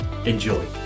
Enjoy